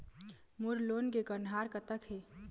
मोर loan के कन्हार कतक हे?